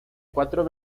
cuatro